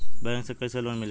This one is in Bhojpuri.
बैंक से कइसे लोन मिलेला?